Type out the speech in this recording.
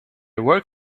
work